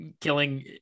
killing